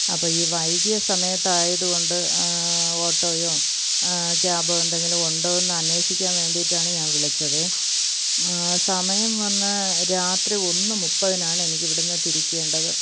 അപ്പോൾ ഈ വൈകിയ സമയത്തായതുകൊണ്ട് ഓട്ടോയോ ക്യാബോ എന്തെങ്കിലും ഉണ്ടോ എന്ന് അന്വേഷിക്കാൻ വേണ്ടിയിട്ടാണ് ഞാൻ വിളിച്ചത് സമയം വന്ന് രാത്രി ഒന്ന് മുപ്പത്തിനാണ് എനിക്കിവിടെ നിന്ന് തിരിക്കേണ്ടത്